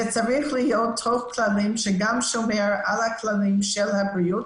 זה צריך להיות --- שגם שומר על הכללים של הבריאות,